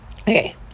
Okay